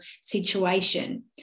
situation